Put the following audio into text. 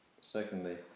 Secondly